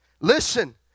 listen